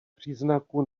příznaků